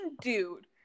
dude